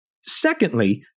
Secondly